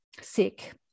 sick